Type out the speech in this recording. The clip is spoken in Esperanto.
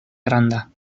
granda